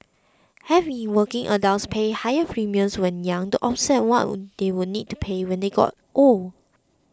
have working adults pay higher premiums when young to offset what they would need to pay when they got old